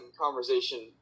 conversation